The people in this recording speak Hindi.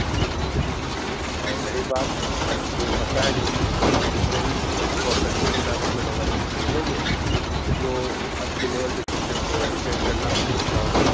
हाँ गुड और रही बात तुम्हें पता है की कि डिफेंस की फॉर सक्सेस होता है मतलब अगर खेलोगे तो अच्छे लेवल पर खेल सकते हो डिफेंस करना तुम सीख जाओगे